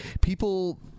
People